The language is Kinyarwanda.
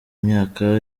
myaka